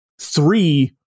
three